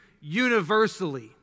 universally